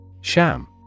Sham